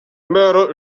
mère